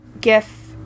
gif